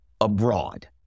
abroad